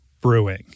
Brewing